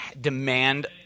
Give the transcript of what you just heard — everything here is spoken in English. demand